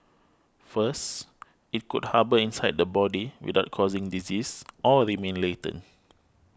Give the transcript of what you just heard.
first it could harbour inside the body without causing disease or remain latent